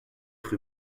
rue